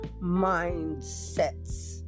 mindsets